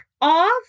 off